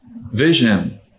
vision